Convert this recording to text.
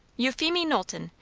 euphemie knowlton,